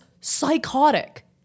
psychotic